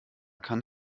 kann